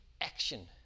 action